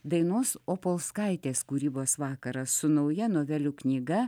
dainos opolskaitės kūrybos vakaras su nauja novelių knyga